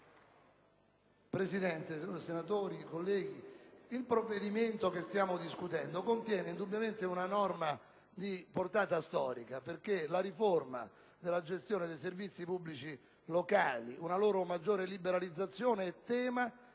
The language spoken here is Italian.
Presidente, colleghi senatori, il provvedimento che stiamo discutendo contiene indubbiamente una norma di portata storica perché la riforma della gestione dei servizi pubblici locali ed una loro maggiore liberalizzazione è tema